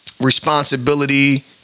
responsibility